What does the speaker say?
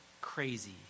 crazy